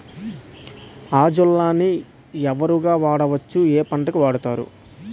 Azolla ని ఎరువు గా వాడొచ్చా? ఏ పంటలకు వాడతారు?